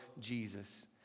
Jesus